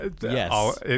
Yes